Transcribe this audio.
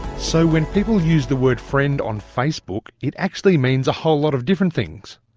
so when people use the word friend on facebook, it actually means a whole lot of different things.